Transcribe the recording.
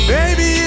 Baby